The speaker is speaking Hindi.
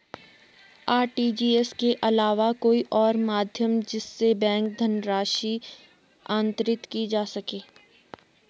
आर.टी.जी.एस के अलावा कोई और माध्यम जिससे बैंक धनराशि अंतरित की जा सके?